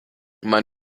mein